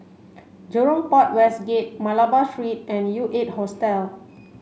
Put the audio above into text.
Jurong Port West Gate Malabar Street and U eight Hostel